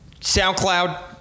SoundCloud